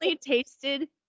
tasted